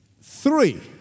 Three